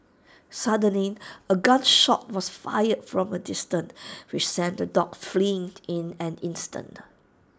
suddenly A gun shot was fired from A distant which sent the dogs fleeing in an instant